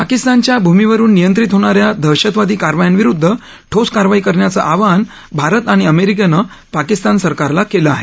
पाकिस्तानच्या भूमीवरुन नियंत्रित होणाऱ्या दहशतवादी कारवायांविरुद्ध ठोस कारवाई करण्याचं आवाहन भारत आणि अमेरिकेनं पाकिस्तान सरकारला केलं आहे